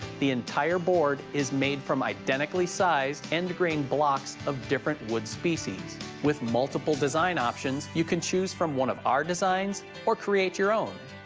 the entire board is made from identically sized end grained blocks of different wood species with multiple design options you can choose from one of our designs or create your own.